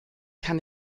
kann